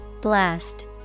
Blast